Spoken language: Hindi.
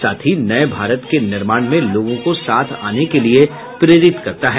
साथ ही नए भारत के निर्माण में लोगों को साथ आने के लिए प्रेरित करता है